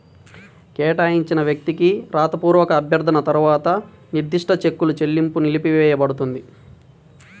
కేటాయించిన వ్యక్తికి రాతపూర్వక అభ్యర్థన తర్వాత నిర్దిష్ట చెక్కుల చెల్లింపు నిలిపివేయపడుతుంది